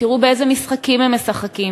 תראו באיזה משחקים הם משחקים,